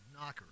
Knocker